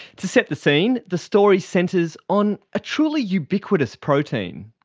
to set the scene, the story centres on a truly ubiquitous protein.